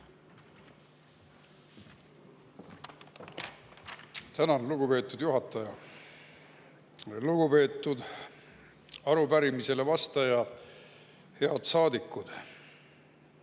Tänan, lugupeetud juhataja! Lugupeetud arupärimisele vastaja! Head saadikud!